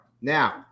Now